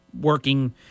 working